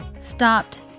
stopped